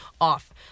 off